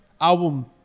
album